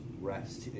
rest